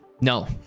No